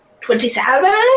Twenty-seven